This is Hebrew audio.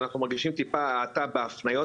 אנחנו מרגישים טיפה האטה בהפניות,